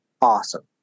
awesome